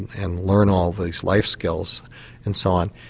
and learn all these life skills and so on,